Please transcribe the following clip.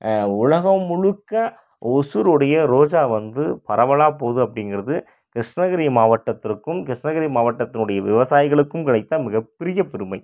உலகம் முழுக்க ஓசூருடைய ரோஜா வந்து பரவலாக போகுது அப்படிங்கிறது கிருஷ்ணகிரி மாவட்டத்திற்கும் கிருஷ்ணகிரி மாவட்டத்தினுடைய விவசாயிகளுக்கும் கிடைத்த மிகப்பெரிய பெருமை